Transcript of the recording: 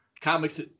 comics